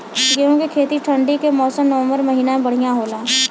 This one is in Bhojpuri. गेहूँ के खेती ठंण्डी के मौसम नवम्बर महीना में बढ़ियां होला?